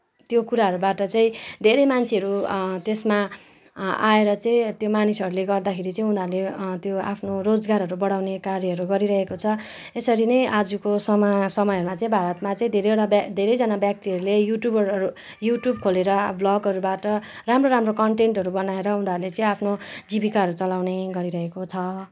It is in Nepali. त्यो कुराहरूबाट चाहिँ धेरै मान्छेहरू त्यसमा आएर चाहिँ त्यो मानिसहरूले गर्दा चाहिँ उनीहरूले त्यो आफ्नो रोजगारहरू बढाउने कार्यहरू गरिरहेको छ यसरी नै आजको समाज समयमा चाहिँ भारतमा चाहिँ धेरैवरा व्यक्ति धेरैजना व्यक्तिहरूले युट्युबरहरूले युट्युब खोलेर ब्लगहरूबाट राम्रो राम्रो कन्टेन्टहरू बनाएर उनीहरूले चाहिँ आफ्नो जीविकाहरू चलाउने गरिरहेको छ